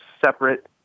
separate